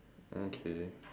okay